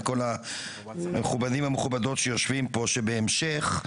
כל המכובדים והמכובדות שיושבים פה שבהמשך,